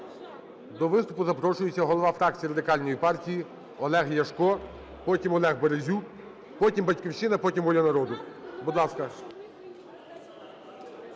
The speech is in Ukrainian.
До виступу запрошується голова фракції Радикальної партії Олег Ляшко, потім – Олег Березюк, потім – "Батьківщина", потім – "Воля народу". Будь ласка.